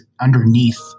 underneath